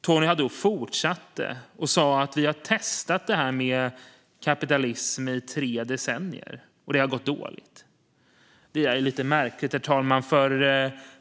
Tony Haddou sa också att vi hade testat detta med kapitalism i tre decennier och att det hade gått dåligt. Det är lite märkligt, herr talman.